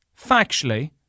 factually